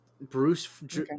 Bruce